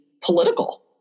political